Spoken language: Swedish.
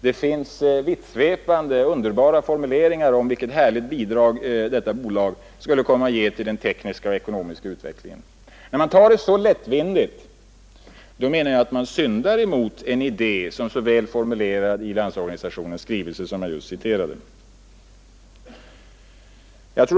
Det finns vittsvepande och underbara formuleringar om vilket härligt bidrag detta bolag skulle komma att ge till den tekniska och ekonomiska utvecklingen. När man tar det så lättvindigt, menar jag att man syndar mot en idé som så väl har formulerats i Landsorganisationens skrivelse, som jag nyss citerade.